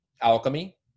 alchemy